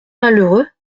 malheureux